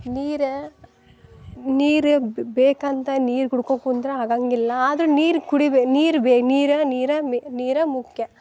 ನೀರು ನೀರು ಬೇಕಂತ ನೀರು ಕುಡ್ಕೋ ಕುಂದ್ರ ಆಗಂಗಿಲ್ಲ ಆದರು ನೀರು ಕುಡಿಬೇಕು ನೀರು ಬೇ ನೀರು ನೀರು ಮೆ ನೀರು ಮುಖ್ಯ